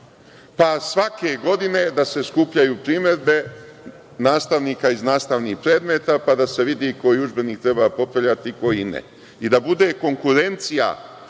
pa svake godine da se skupljaju primedbe nastavnika iz nastavnih predmeta, pa da se vidi koji udžbenik treba kupovati, a koji ne i da bude konkurencija